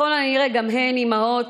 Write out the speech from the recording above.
ככל הנראה גם הן אימהות,